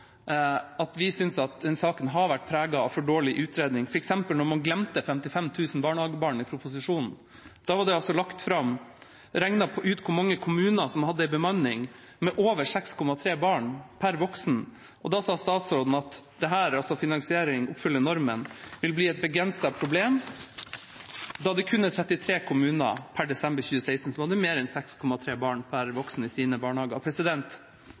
at denne saken har vært preget av for dårlig utredning, f.eks. da man glemte 55 000 barn i proposisjonen. Det var regnet ut hvor mange kommuner som hadde en bemanning for over 6,3 barn per voksen. Statsråden sa at dette, altså finansiering og det å oppfylle normen, vil bli et begrenset problem da det kun var 33 kommuner per desember 2016 som hadde mer enn 6,3 barn per voksen i sine barnehager.